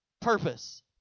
purpose